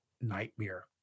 nightmare